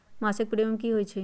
मासिक प्रीमियम की होई छई?